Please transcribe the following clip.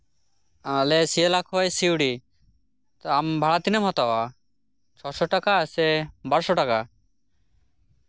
ᱟᱞᱮ ᱥᱤᱭᱟᱞᱟ ᱠᱷᱚᱡ ᱥᱤᱣᱲᱤ ᱛᱳ ᱵᱷᱟᱲᱟ ᱛᱤᱱᱟᱹᱜ ᱮᱢ ᱦᱟᱛᱟᱣᱟ ᱪᱷᱚ ᱥᱚ ᱴᱟᱠᱟ ᱥᱮ ᱵᱟᱨᱚᱥᱚ ᱴᱟᱠᱟ